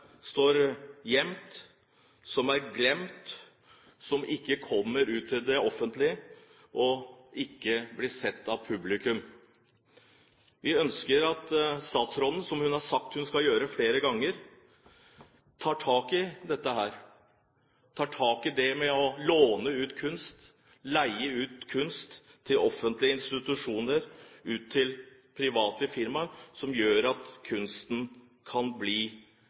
står gjemt, som er glemt, og som ikke kommer ut til det offentlige, og som ikke blir sett av publikum. Vi ønsker at statsråden – som hun flere ganger har sagt hun skal gjøre – tar tak i dette, tar tak i dette med å låne ut kunst, leie ut kunst, til offentlige institusjoner og private firmaer, slik at kunsten kan bli